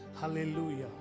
Hallelujah